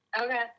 Okay